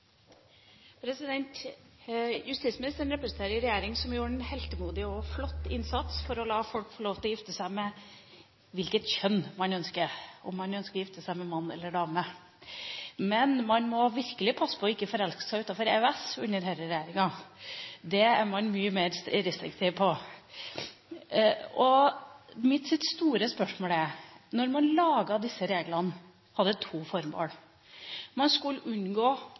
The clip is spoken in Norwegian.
Justisministeren representerer en regjering som gjør en heltemodig og flott innsats for å la folk få lov til å gifte seg med personer av hvilket kjønn man ønsker, om man ønsker å gifte seg med mann eller dame. Men man må virkelig passe på ikke å forelske seg utenfor EØS-området under denne regjeringa. Det er man mye mer restriktiv på. Jeg har et spørsmål. Da man laget disse reglene, var det med to formål: Man skulle unngå